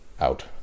out